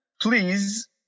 please